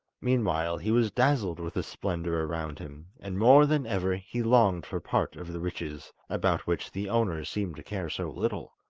meanwhile he was dazzled with the splendour around him, and more than ever he longed for part of the riches, about which the owners seemed to care so little.